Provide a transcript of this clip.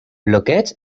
bloqueig